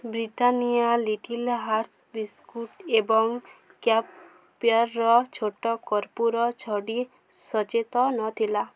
Britannia little hearts biscuit ଏବଂ କ୍ୟାମ୍ପ୍ୟୋର୍ର ଛୋଟ କର୍ପୂର ଛଡ଼ି ସଚେତନ ଥିଲା